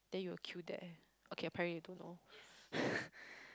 then you will queue there okay apparently you don't know